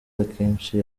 akenshi